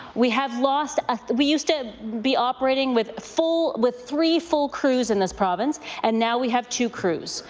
we have lost a we used to be operating with full with three full crews in this province, and now we have two crews.